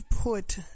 put